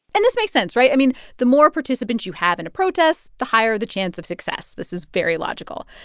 and this makes sense. right? i mean, the more participants you have in a protest, the higher the chance of success. this is very logical.